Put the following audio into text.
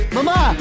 Mama